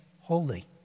holy